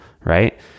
right